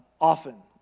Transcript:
often